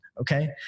okay